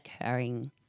occurring